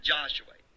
Joshua